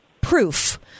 proof